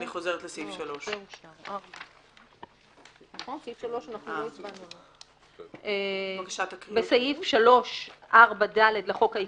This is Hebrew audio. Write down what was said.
אני חוזרת לסעיף 3. 3. "בסעיף 3(4)(ד) לחוק העיקרי,